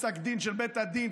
יש פסק דין של בית הדין,